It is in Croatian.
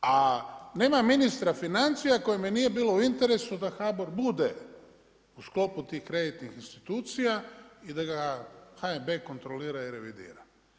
A nema ministra financija kojem nije bilo u interesu da HBOR bude u sklopu tih kreditnih institucija, i da ga HNB kontrolira i revidira.